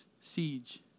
siege